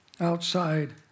outside